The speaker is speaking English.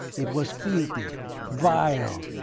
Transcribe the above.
it was filthy vile!